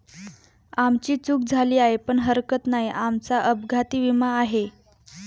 आमची चूक झाली आहे पण हरकत नाही, आमचा अपघाती विमा आहे